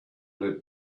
let